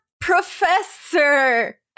professor